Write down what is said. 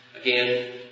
again